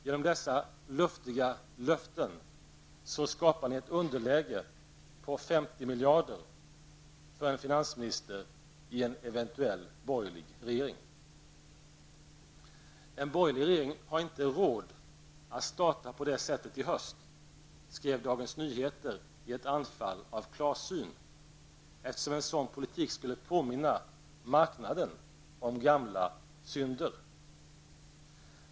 Genom dessa luftiga löften skapar ni ett underläge på 50 miljarder för en finansminister i en eventuell borgerlig regering. En borgerlig regering har inte råd att starta på det sättet i höst, skrev Dagens Nyheter i ett anfall av klarsyn, eftersom en sådan politik skulle påminna marknaden om gamla synder.